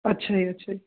ਅੱਛਾ ਜੀ ਅੱਛਾ ਜੀ